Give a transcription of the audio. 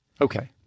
Okay